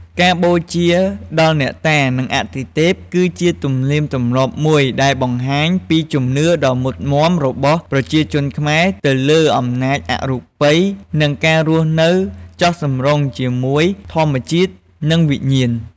ការបូជាដល់អ្នកតា និងអាទិទេព គឺជាទំនៀមទម្លាប់មួយដែលបង្ហាញពីជំនឿដ៏មុតមាំរបស់ប្រជាជនខ្មែរទៅលើអំណាចអរូបី និងការរស់នៅចុះសម្រុងជាមួយធម្មជាតិ និងវិញ្ញាណ។